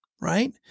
right